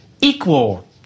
equal